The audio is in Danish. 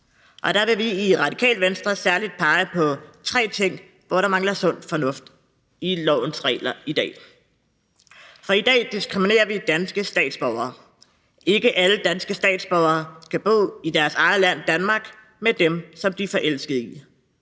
og der vil vi i Radikale Venstre særlig pege på tre ting, hvor der mangler sund fornuft i lovens regler i dag. For i dag diskriminerer vi danske statsborgere. Ikke alle danske statsborgere kan bo i deres eget land, Danmark, med dem, som de er forelskede i.